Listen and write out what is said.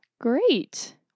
Great